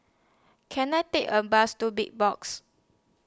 Can I Take A Bus to Big Box